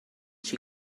she